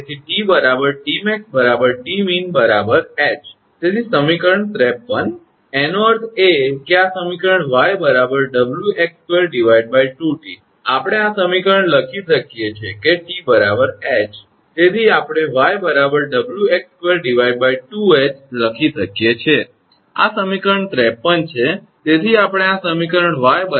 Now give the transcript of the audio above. તેથી 𝑇 𝑇𝑚𝑎𝑥 𝑇𝑚𝑖𝑛 𝐻 તેથી સમીકરણ 53 એનો અર્થ એ કે આ સમીકરણ 𝑦 𝑊𝑥2 2𝑇 આપણે આ સમીકરણ લખી શકીએ કે 𝑇 𝐻 તેથી આપણે 𝑦 𝑊𝑥2 2𝐻 લખી શકીએ છે આ સમીકરણ 53 છે